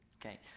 Okay